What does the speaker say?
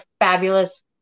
fabulous